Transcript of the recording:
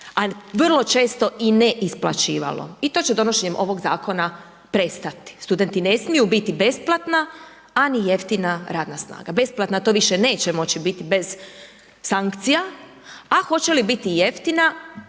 a vrlo često i ne isplaćivalo i to će donošenjem ovoga zakona prestati. Studenti ne smiju biti besplatna, a ni jeftina radna snaga. Besplatna to više neće moći biti bez sankcija. A hoće li biti jeftina,